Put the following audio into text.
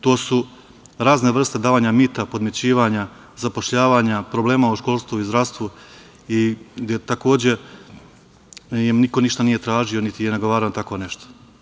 To su razne vrste davanja mita, podmićivanja, zapošljavanja, problema u školstvu i zdravstvu i gde im takođe niko ništa nije tražio, niti je nagovarao na tako nešto.